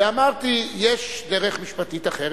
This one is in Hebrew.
ואמרתי: יש דרך משפטית אחרת.